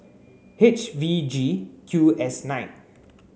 H V G Q S nine